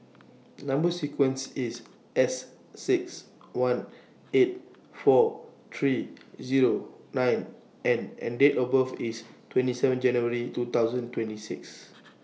Number sequence IS S six one eight four three Zero nine N and Date of birth IS twenty seven January two thousand twenty six